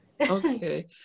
okay